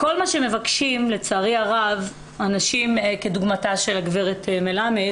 כל מה שמבקשים לצערי הרב אנשים כדוגמתה של הגברת מלמד,